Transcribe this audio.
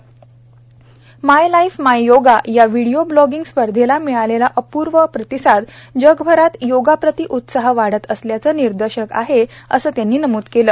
my life my yoga या video blogging स्पर्धेला मिळालेला अपूर्व प्रतिसाद जगभरात योगा प्रति उत्साह वाढत असल्याचं निदर्शक आहे असं त्यांनी नमूद केलं